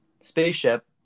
spaceship